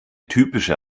typische